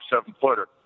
seven-footer